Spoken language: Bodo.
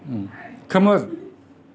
खोमोर